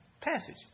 passage